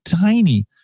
tiny